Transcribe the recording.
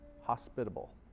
hospitable